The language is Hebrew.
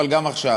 אבל גם עכשיו,